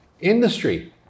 industry